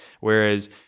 Whereas